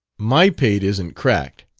my pate isn't cracked.